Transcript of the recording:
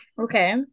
Okay